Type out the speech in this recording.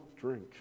drink